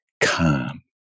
calm